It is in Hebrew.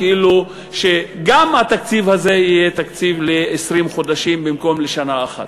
כאילו גם התקציב הזה יהיה תקציב ל-20 חודשים במקום לשנה אחת.